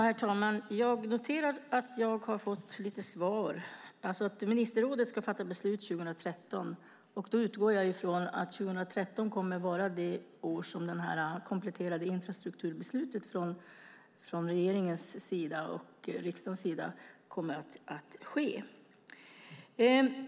Herr talman! Jag noterar att jag har fått några svar. Ministerrådet ska fatta beslut 2013. Då utgår jag ifrån att 2013 kommer att vara det år som det kompletterade infrastrukturbeslutet från regeringens och riksdagens sida kommer att tas.